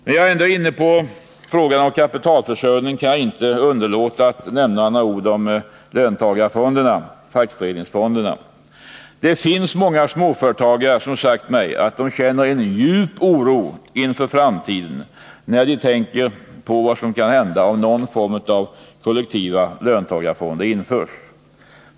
När jag ändå är inne på frågan om kapitalförsörjning, kan jag inte underlåta att nämna några ord om löntagarfonderna — fackföreningsfonderna. Många småföretagare har sagt till mig att de känner en djup oro inför framtiden när de tänker på vad som kan hända om någon form av kollektiva löntagarfonder införs.